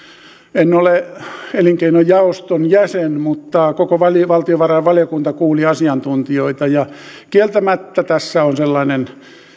en ole elinkeinojaoston jäsen mutta koko valtiovarainvaliokunta kuuli asiantuntijoita ja kieltämättä tässä on sellainen